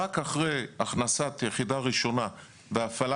רק אחרי הנכנסת יחידה ראשונה והפעלה